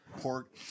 pork